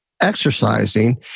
exercising